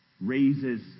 raises